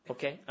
Okay